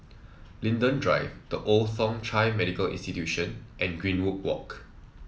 Linden Drive The Old Thong Chai Medical Institution and Greenwood Walk